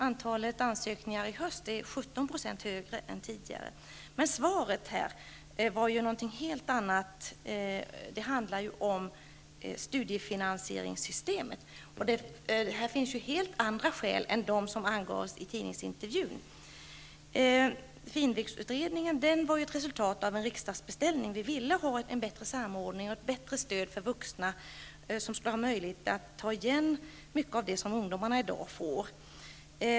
Antalet ansökningar i höst var 17 % större än tidigare. Men svaret här var något helt annat. Det handlar om studiefinansieringssystemet. Här nämns helt andra skäl än de som angavs i tidningsintervjun. Finvuxutredningen var ju ett resultat av en riksdagsbeställning. Vi ville ha en bättre samordning, ett bättre studiestöd för vuxna, som skulle få möjlighet att så att säga ta igen litet av det som ungdomarna i dag får.